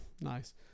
Nice